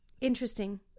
Interesting